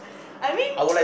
I mean